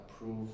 approve